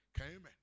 Amen